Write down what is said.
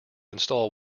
install